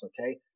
Okay